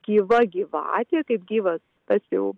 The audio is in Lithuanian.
gyva gyvatė kaip gyvas tas jau